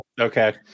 Okay